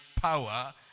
power